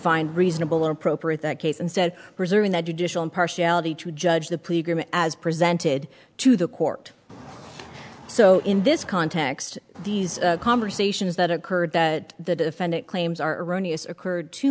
find reasonable or appropriate that case instead reserving the judicial impartiality to judge the pleader as presented to the court so in this context these conversations that occurred that the defendant claims are erroneous occurred two